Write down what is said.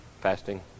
fasting